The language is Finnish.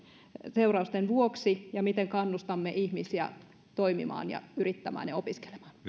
seurausten vuoksi miten kannustamme ihmisiä toimimaan ja yrittämään ja opiskelemaan